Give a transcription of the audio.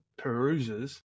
perusers